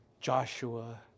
Joshua